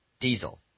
Diesel